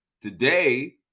today